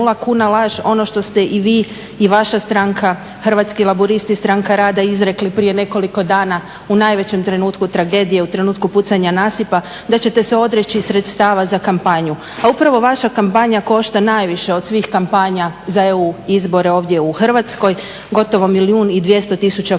kuna laž, ono što ste i vi i vaša stranka Hrvatski laburisti stranka rada izrekli prije nekoliko dana u najvećem trenutku tragedije, u trenutku pucanja nasipa, da ćete se odreći sredstava za kampanju. A upravo vaša kampanja košta najviše od svih kampanja za EU izbore ovdje u Hrvatskoj, gotovo 1 200 000 kuna, to su službeni